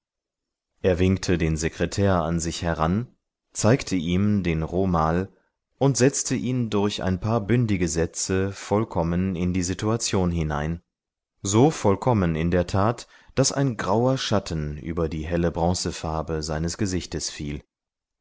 er winkte den sekretär an sich heran zeigte ihm den romal und setzte ihn durch ein paar bündige sätze vollkommen in die situation hinein so vollkommen in der tat daß ein grauer schatten über die helle bronzefarbe seines gesichtes fiel